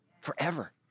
forever